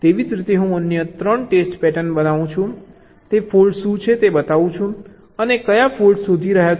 તેવી જ રીતે હું અન્ય 3 ટેસ્ટ પેટર્ન બતાવું છું અને તે ફોલ્ટ્સ શું છે તે બતાવું છું અને કયા ફોલ્ટ્સ શોધી રહ્યા છે